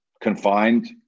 confined